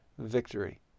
victory